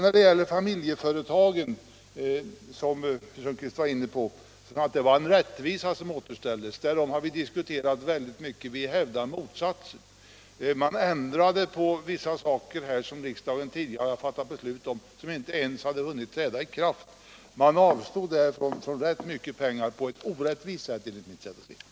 När det gäller familjeföretagen sade herr Sundkvist att en orättvisa har undanröjts. Därom har vi diskuterat oerhört mycket, och socialdemokraterna hävdar fortfarande motsatsen. Riksdagen ändrade tidigare fattade beslut som inte ens hade hunnit träda i kraft. Man avstod på det sättet från rätt mycket pengar — på ett orättvist sätt, som jag ser det.